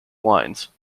lines